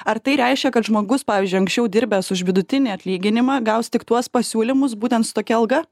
ar tai reiškia kad žmogus pavyzdžiui anksčiau dirbęs už vidutinį atlyginimą gaus tik tuos pasiūlymus būtent su tokia alga